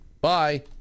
Bye